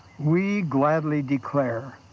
we gladly declare